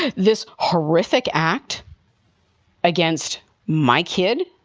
ah this horrific act against my kid?